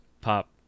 pop